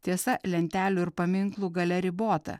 tiesa lentelių ir paminklų galia ribota